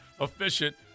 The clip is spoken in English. Efficient